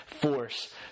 force